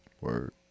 Word